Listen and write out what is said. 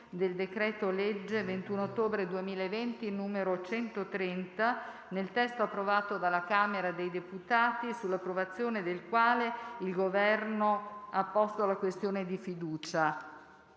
del decreto-legge 21 ottobre 2020, n. 130, nel testo approvato dalla Camera dei deputati, sull'approvazione del quale il Governo ha posto la questione di fiducia: